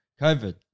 COVID